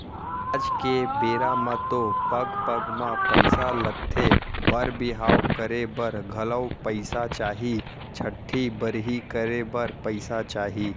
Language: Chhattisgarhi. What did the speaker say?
आज के बेरा म तो पग पग म पइसा लगथे बर बिहाव करे बर घलौ पइसा चाही, छठ्ठी बरही करे बर पइसा चाही